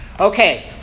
okay